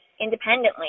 independently